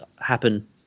happen